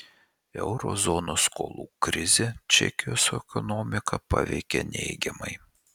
euro zonos skolų krizė čekijos ekonomiką paveikė neigiamai